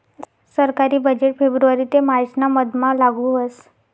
सरकारी बजेट फेब्रुवारी ते मार्च ना मधमा लागू व्हस